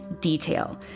detail